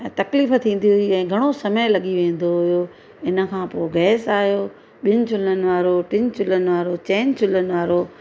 ऐं तकलीफ़ थींदी हुई ऐं घणो समय लॻी वेंदो हुयो हिनखां पोइ गैस आयो ॿिनि चुल्हनि वारो टिनि चुल्हनि वारो चइनि चुल्हनि वारो